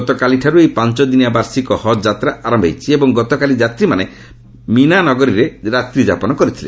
ଗତକାଲିଠାରୁ ଏହି ପାଞ୍ଚଦିନିଆ ବାର୍ଷିକ ହଜ୍ ଯାତ୍ରା ଆରମ୍ଭ ହୋଇଛି ଏବଂ ଗତକାଲି ଯାତ୍ରୀମାନେ ମୀନା ନଗରୀରେ ରାତ୍ରୀଯାପନ କରିଥିଲେ